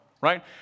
right